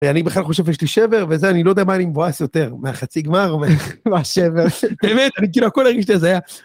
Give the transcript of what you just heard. ואני בכלל חושב שיש לי שבר, וזה, אני לא יודע ממה אני מבואס יותר, מהחצי גמר, מהשבר, באמת, אני כאילו, הכל הרגיש לי הזיה.